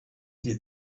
did